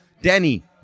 Danny